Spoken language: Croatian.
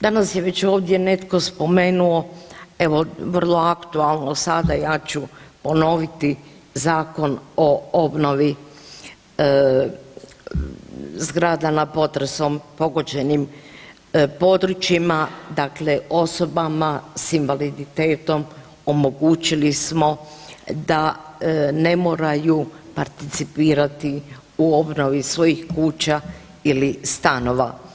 Danas je već ovdje netko spomenuo evo vrlo aktualno sada ja ću ponoviti Zakon o obnovi zgrada na potresom pogođenim područjima, dakle osobama s invaliditetom omogućili smo da ne moraju participirati u obnovi svojih kuća ili stanova.